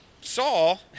Saul